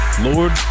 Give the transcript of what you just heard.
lord